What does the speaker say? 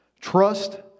Trust